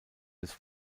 des